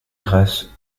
grâce